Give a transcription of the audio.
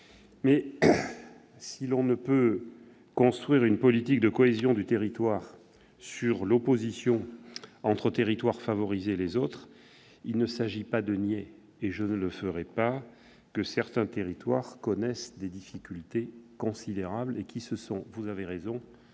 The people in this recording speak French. Si l'on ne peut construire une politique de cohésion du territoire sur l'opposition entre les territoires favorisés et les autres, il ne s'agit pourtant pas de nier- ce que je ne ferai pas -que certains territoires connaissent des difficultés considérables, qui se sont aggravées ces